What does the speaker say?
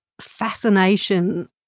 fascination